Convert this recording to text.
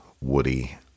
Woody